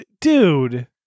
dude